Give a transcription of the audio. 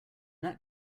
that